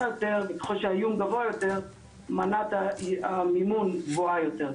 יותר וככל שהאיום גבוה יותר מנת המימון גבוהה יותר.